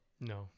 No